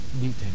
detail